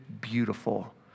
beautiful